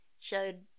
showed